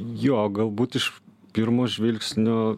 jo galbūt iš pirmo žvilgsnio